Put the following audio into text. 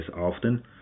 often